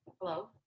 Hello